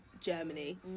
Germany